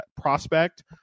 prospect